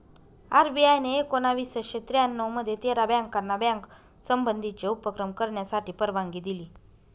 RBI ने एकोणावीसशे त्र्यानऊ मध्ये तेरा बँकाना बँक संबंधीचे उपक्रम करण्यासाठी परवानगी दिली